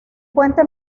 puente